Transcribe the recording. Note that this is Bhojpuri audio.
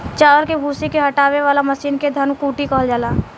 चावल के भूसी के हटावे वाला मशीन के धन कुटी कहल जाला